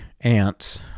ants